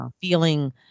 feeling